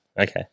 Okay